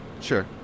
Sure